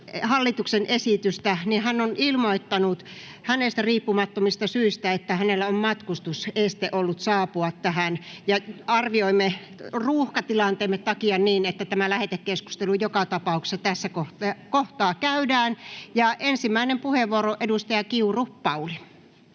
hallituksen esitystä, niin hän on ilmoittanut, että hänestä riippumattomista syistä hänellä on ollut matkustuseste saapua tähän. Arvioimme ruuhkatilanteemme takia niin, että tämä lähetekeskustelu joka tapauksessa tässä kohtaa käydään. — Ensimmäinen puheenvuoro, edustaja Kiuru, Pauli.